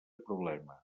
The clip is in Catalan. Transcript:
problema